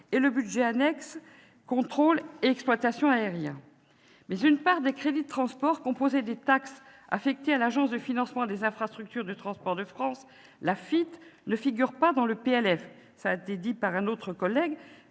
et le budget annexe « Contrôle et exploitation aériens ». Enfin, une part des crédits des transports, composée des taxes affectées à l'Agence de financement des infrastructures de transport de France, l'AFITF, ne figure pas dans le projet de loi de finances, un collègue